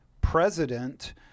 president